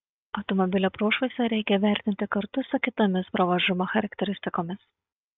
automobilio prošvaisą reikia vertinti kartu su kitomis pravažumo charakteristikomis